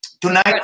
tonight